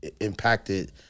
impacted